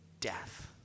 death